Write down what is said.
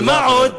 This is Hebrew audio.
ומה עוד?